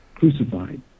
crucified